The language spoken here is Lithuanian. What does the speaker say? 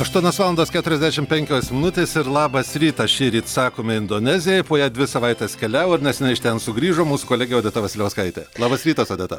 aštuonios valandos keturiasdešim penkios minutės ir labas rytas šįryt sakome indonezijai po ją dvi savaites keliavo ir neseniai iš ten sugrįžo mūsų kolegė odeta vasiliauskaitė labas rytas odeta